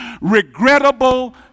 regrettable